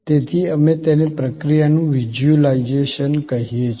તેથી અમે તેને પ્રક્રિયાનું વિઝ્યુલાઇઝેશન કહીએ છીએ